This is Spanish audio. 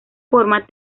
forma